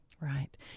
Right